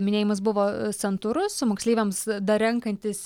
minėjimas buvo santūrus moksleiviams dar renkantis